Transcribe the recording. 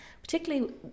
particularly